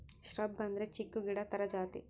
shrub ಅಂದ್ರೆ ಚಿಕ್ಕು ಗಿಡ ತರ ಜಾತಿ